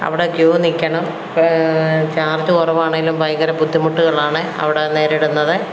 അവിടെ ക്യു നിൽക്കണം ചാർജ് കുറവാണെങ്കിലും ഭയങ്കര ബുദ്ധിമുട്ടുകളാണ് അവിടെ നേരിടുന്നത്